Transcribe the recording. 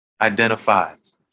identifies